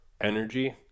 energy